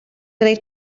gwneud